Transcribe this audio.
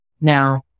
Now